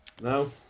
No